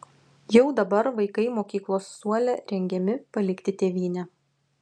jau dabar vaikai mokyklos suole rengiami palikti tėvynę